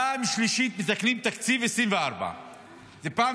פעם שלישית מתקנים את תקציב 2024. זו הפעם